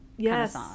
yes